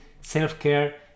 self-care